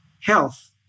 health